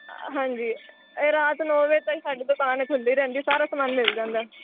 ਹਾਂਜੀ ਇਹ ਰਾਤ ਨੌ ਵਜੇ ਤਾਈਂ ਸਾਡੀ ਦੁਕਾਨ ਖੁੱਲ੍ਹੀ ਰਹਿੰਦੀ ਸਾਰਾ ਸਮਾਨ ਮਿਲ ਜਾਂਦਾ